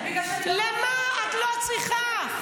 בגלל --- את לא צריכה.